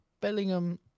Bellingham